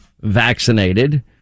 vaccinated